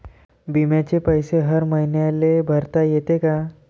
बिम्याचे पैसे हर मईन्याले भरता येते का?